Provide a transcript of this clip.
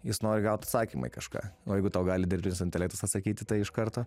jis nori gaut atsakymą į kažką o jeigu tau gali dirbtinis intelektas atsakyti į tai iš karto